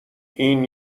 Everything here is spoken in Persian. این